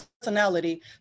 personality